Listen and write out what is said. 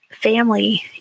family